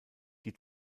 die